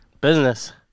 Business